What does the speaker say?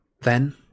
Then